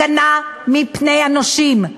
הגנה מפני הנושים,